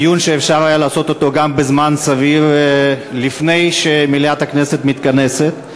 דיון שאפשר היה לעשות אותו גם בזמן סביר לפני שמליאת הכנסת מתכנסת,